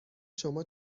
شما